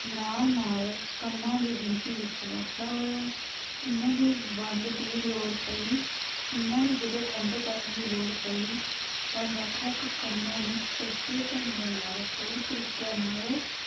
ਨਾਲ ਨਾਲ ਕੰਮਾਂ ਦੀ ਗਿਣਤੀ ਵਿੱਚ ਵਾਧਾ ਹੋਇਆ ਇਹਨਾਂ ਦੀ ਵੰਡ ਦੀ ਲੋੜ ਪਈ ਇਹਨਾਂ ਨੂੰ ਜਦੋਂ ਵੰਡ ਕਰਨ ਦੀ ਲੋੜ ਪਈ ਤਾਂ ਵੱਖ ਵੱਖ ਕੰਮਾਂ ਨੂੰ ਸੁਚੱਜੇ ਢੰਗਾਂ ਨਾਲ ਸਹੀ ਤਰੀਕਿਆਂ ਨਾਲ